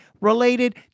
related